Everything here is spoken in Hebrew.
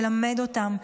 ללמד אותם,